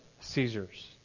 Caesar's